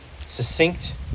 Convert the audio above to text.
succinct